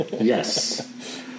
yes